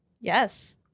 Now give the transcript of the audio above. Yes